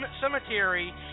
cemetery